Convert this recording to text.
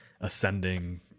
ascending